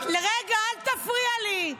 רגע, אל תפריע לי.